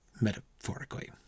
metaphorically